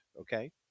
Okay